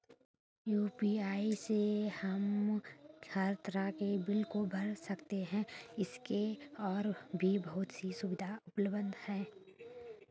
Bhim UPI से हम हर तरह के बिल को भर सकते है, इसकी और भी बहुत सी सुविधाएं उपलब्ध है